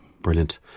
Brilliant